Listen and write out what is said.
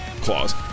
claws